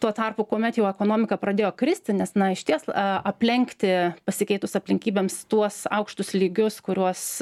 tuo tarpu kuomet jau ekonomika pradėjo kristi nes na išties a aplenkti pasikeitus aplinkybėms tuos aukštus lygius kuriuos